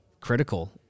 critical